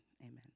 amen